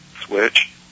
switch